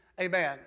Amen